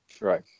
Right